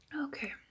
Okay